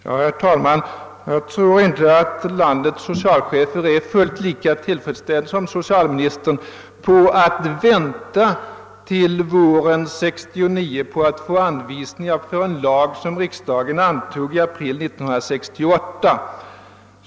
Herr talman! Jag tror inte att landets socialchefer är fullt lika tillfredsställda som socialministern med att anvisningarna rörande en lag, som riksdagen antog i april 1968, inte föreligger förrän på våren 1969.